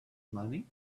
money